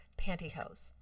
pantyhose